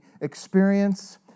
experience